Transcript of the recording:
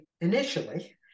initially